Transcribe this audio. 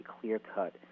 clear-cut